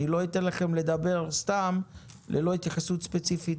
אני לא אתן לכם לדבר סתם ללא התייחסות ספציפית.